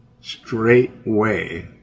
straightway